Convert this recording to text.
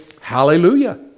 hallelujah